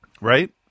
right